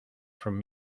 from